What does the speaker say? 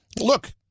Look